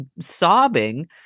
sobbing